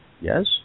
Yes